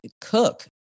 cook